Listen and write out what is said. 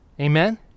Amen